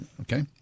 okay